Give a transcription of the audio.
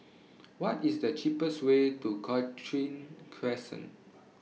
What IS The cheapest Way to Cochrane Crescent